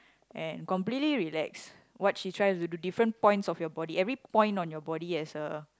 and completely relax what she tries to different points of your body every point on your body has a